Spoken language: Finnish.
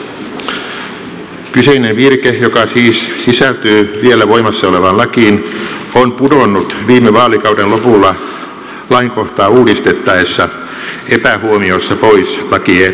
kyseinen virke joka siis sisältyy vielä voimassa olevaan lakiin on pudonnut viime vaalikauden lopulla lainkohtaa uudistettaessa epähuomiossa pois lakiehdotuksesta